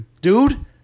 dude